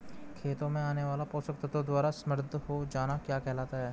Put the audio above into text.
खेतों में आने वाले पोषक तत्वों द्वारा समृद्धि हो जाना क्या कहलाता है?